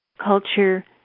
culture